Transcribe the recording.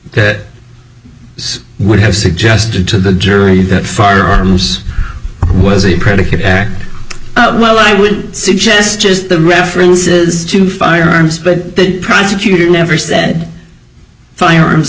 that would have suggested to the jury that far arms was a predicate act well i would suggest just the references to firearms but the prosecutor never said firearms